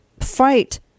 Fight